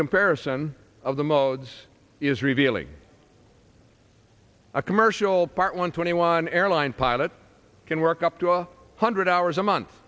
comparison of the modes is revealing a commercial part one twenty one airline pilot can work up to a hundred hours a month